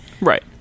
right